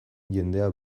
jendea